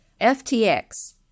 FTX